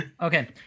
Okay